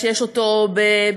כשיש אותו בשפע,